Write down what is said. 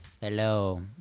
Hello